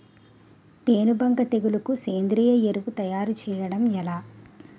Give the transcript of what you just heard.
పేను బంక తెగులుకు సేంద్రీయ ఎరువు తయారు చేయడం ఎలా?